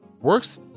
works